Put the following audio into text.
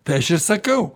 tai aš ir sakau